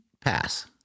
pass